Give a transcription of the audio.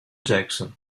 jackson